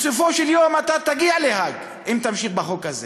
בסופו של יום אתה תגיע להאג אם תמשיך בחוק הזה.